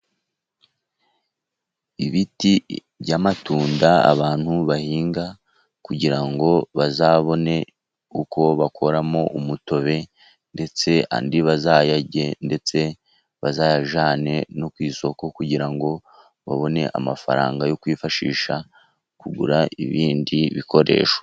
Ibiti by'amatunda abantu bahinga, kugira ngo bazabone uko bakoramo umutobe, ndetse andi bazayarye, ndetse bazayajyane no ku isoko, kugira ngo babone amafaranga yo kwifashisha kugura ibindi bikoresho.